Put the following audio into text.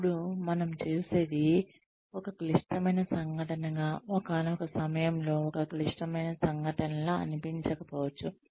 ఇప్పుడు మనం చూసేది ఒక క్లిష్టమైన సంఘటనగా ఒకానొక సమయంలో ఒక క్లిష్టమైన సంఘటనలా అనిపించకపోవచ్చు